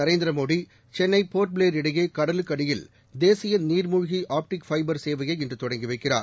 நரேந்திரமோடிசென்னை Port Blair இடையேகடலுக்கடியில் தேசியநீர்முழ்கிஆப்டிக் fibre சேவையை இன்றுதொடங்கிவைக்கிறார்